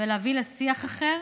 ולהביא לשיח אחר,